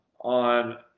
on